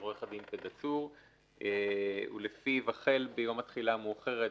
עורך-דין פדהצור ולפיו: "החל מיום התחילה המאוחרת,